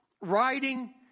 writing